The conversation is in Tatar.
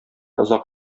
озак